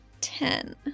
Ten